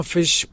Fish